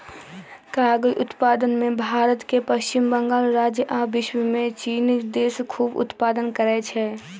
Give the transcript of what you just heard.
कागज़ उत्पादन में भारत के पश्चिम बंगाल राज्य आ विश्वमें चिन देश खूब उत्पादन करै छै